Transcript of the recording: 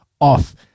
off